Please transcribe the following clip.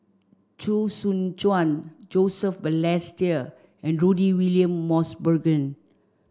Chee Soon Juan Joseph Balestier and Rudy William Mosbergen